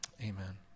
amen